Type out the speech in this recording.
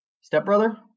stepbrother